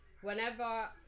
Whenever